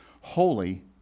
holy